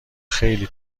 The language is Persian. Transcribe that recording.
خیلی